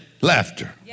Laughter